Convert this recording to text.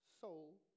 soul